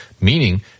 meaning